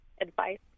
advice